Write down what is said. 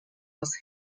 was